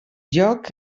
lloc